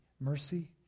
mercy